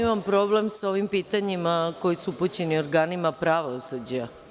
Imam problem sa ovim pitanjima koji su upućeni organima pravosuđa.